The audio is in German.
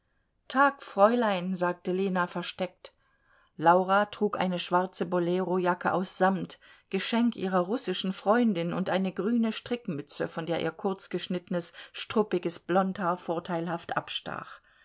tag fräulein sagte lena versteckt laura trug eine schwarze bolerojacke aus samt geschenk ihrer russischen freundin und eine grüne strickmütze von der ihr kurzgeschnittenes struppiges blondhaar vorteilhaft abstach